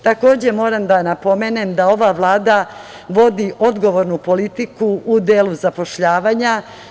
Takođe moram da napomenem da ova Vlada vodi odgovornu politiku u delu zapošljavanja.